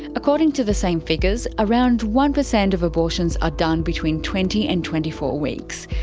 according to the same figures, around one percent of abortions are done between twenty and twenty four weeks.